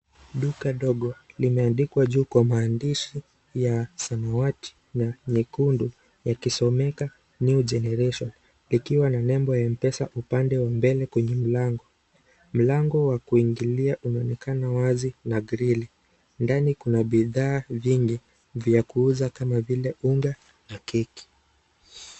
Duka ndogo limeandikwa juu kwa maandishi ya samawati ya nyekundu yakisomeka new generation likiwa na nembo ya mpesa upande wa mbele kwenye mlango. Mlango wa kiunglilia unaonekana wazi na grill ndani kuna bidhaa vingi vya kuuza kama vile unga na keki.